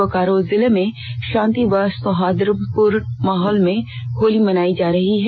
बोकारो जिले में शॉति व सौहार्दपूर्ण माहौल में होली मनाई जा रही है